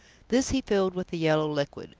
this he filled with the yellow liquid,